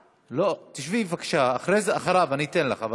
לא, שבי בבקשה, אחריו אני אתן לך לדבר.